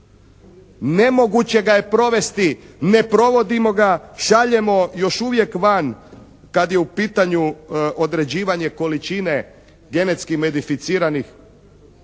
Nemoguće ga je provesti, ne provodimo ga, šaljemo još uvijek van kad je u pitanju određivanje količine genetski modificiranih,